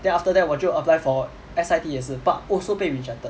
then after that 我就 apply for S_I_T 也是 but also 被 rejected